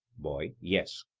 boy yes.